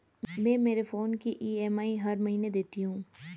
मैं मेरे फोन की ई.एम.आई हर महीने देती हूँ